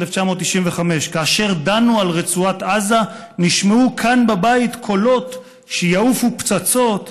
1995: "כאשר דנו על רצועת עזה נשמעו כאן בבית קולות שיעופו פצצות,